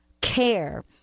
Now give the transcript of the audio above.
care